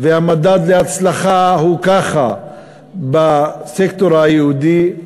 והמדד להצלחה הוא ככה בסקטור היהודי,